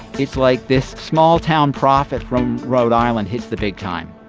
it's like this small-town prophet from rhode island hits the big time